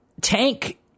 Tank